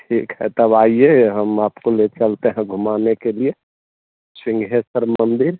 ठीक है तब आइए हम आपको ले चलते हैं घुमाने के लिए सिंघेस्वर मंदिर